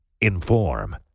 Inform